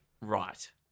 right